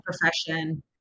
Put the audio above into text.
profession